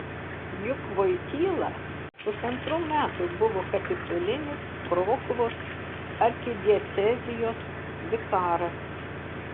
juk voityla pusantrų metų buvo kapitulinis krokuvos arkidiecezijos vikaras